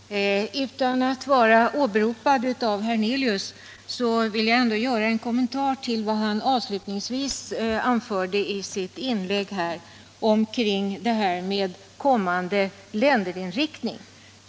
Herr talman! Utan att vara åberopad av herr Hernelius vill jag ändå göra en kommentar till vad han avslutningsvis anförde i sitt inlägg rörande den kommande länderinriktningen.